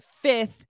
fifth